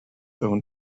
own